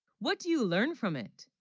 what do you learn from it?